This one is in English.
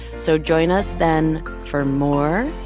so join us then for more